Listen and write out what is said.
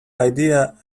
idea